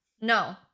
No